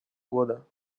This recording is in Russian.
года